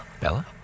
Bella